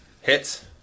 Hits